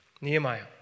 Nehemiah